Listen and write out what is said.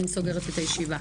הישיבה נעולה.